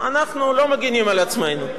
זה מצב הגיוני?